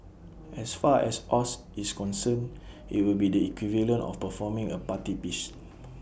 as far as Oz is concerned IT would be the equivalent of performing A party piece